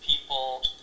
people